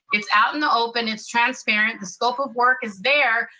it's out in the open, it's transparent. the scope of work is there,